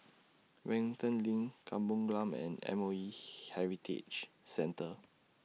Wellington LINK Kampung Glam and M O E Heritage Centre